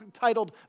titled